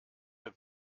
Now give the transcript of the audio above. der